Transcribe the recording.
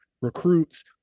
recruits